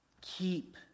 Keep